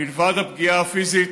מלבד הפגיעה הפיזית,